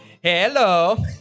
Hello